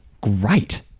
great